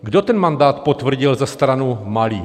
Kdo ten mandát potvrdil za stranu Mali?